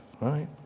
Right